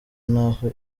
n’aho